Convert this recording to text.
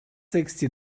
sixty